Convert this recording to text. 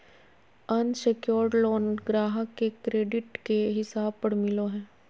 unsecured loan ग्राहक के credit के हिसाब पर मिलो हय